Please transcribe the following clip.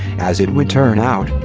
as it would turn out,